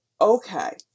Okay